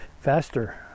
faster